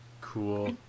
Cool